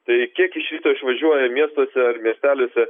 tai kiek iš ryto išvažiuoja miestuose ar miesteliuose